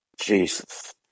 Jesus